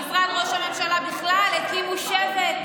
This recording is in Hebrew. במשרד ראש הממשלה בכלל הקימו שבט,